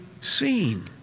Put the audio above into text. seen